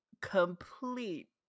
complete